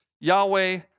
Yahweh